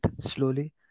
slowly